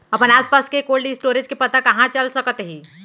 अपन आसपास के कोल्ड स्टोरेज के पता कहाँ चल सकत हे?